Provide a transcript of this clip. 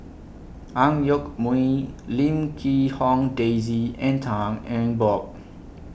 Ang Yoke Mooi Lim Quee Hong Daisy and Tan Eng Bock